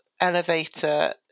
elevator